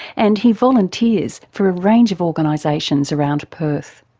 and he volunteers for a range of organisations around perth.